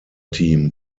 team